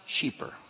cheaper